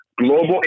global